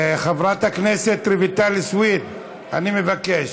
חברת הכנסת רויטל סויד, אני מבקש: